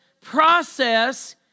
process